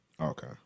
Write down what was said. Okay